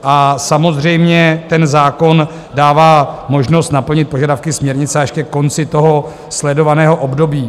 A samozřejmě ten zákon dává možnost naplnit požadavky směrnice až ke konci toho sledovaného období.